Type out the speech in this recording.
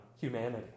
humanity